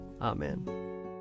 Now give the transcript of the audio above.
Amen